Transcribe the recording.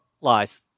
lies